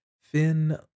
Finn